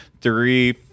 three